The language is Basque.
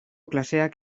klaseak